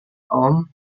tom